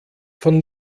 von